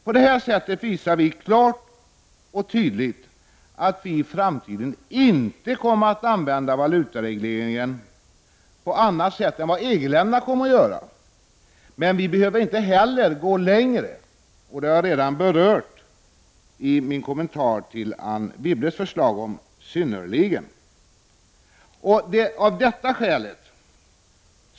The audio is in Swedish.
På detta sätt visar vi klart och tydligt att Sverige i framtiden inte kommer att använda valutaregleringen på annat sätt än vad EG-länderna kommer att göra. Vi behöver dock inte gå längre än dessa. Det här har jag redan berört i min kommentar beträffande Anne Wibbles förslag om tillägget av ordet synnerligen.